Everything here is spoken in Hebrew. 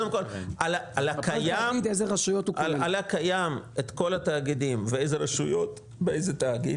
על הקיים את כל התאגידים ואיזה רשויות באיזה תאגיד,